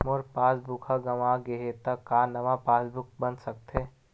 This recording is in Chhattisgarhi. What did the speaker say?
मोर पासबुक ह गंवा गे हे त का नवा पास बुक बन सकथे?